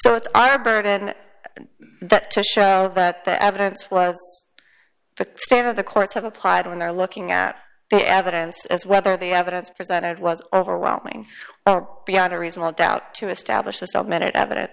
i burden that to show that the evidence was the state of the courts have applied when they're looking at the evidence as whether the evidence presented was overwhelming beyond a reasonable doubt to establish just a minute eviden